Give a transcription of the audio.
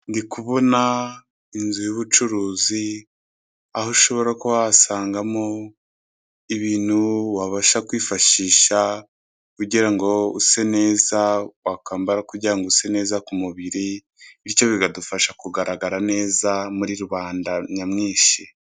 Ndikubona Inzu y'ubucuruzi aho ishobora kuba wahasangamo ibintu wabasha kwifashisha kugirango use neza wakambara kugirango use neza ku mubiri bityo bikadufasha kugaragara neza muri rubanda cyamwinshi.